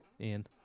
Ian